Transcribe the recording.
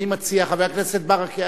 חבר הכנסת ברכה,